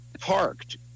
parked